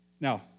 Now